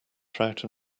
trout